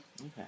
Okay